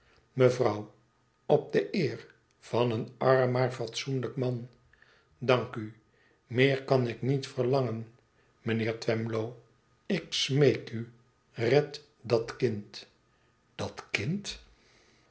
mevrouw op de eer van een arm maar fatsoenlijk man dank u meer kan ik niet verlangen mijnheer twemlow ik smeek n red dat kind dat kind